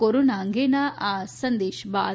corona અંગેના આ સંદેશ બાદ